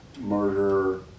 murder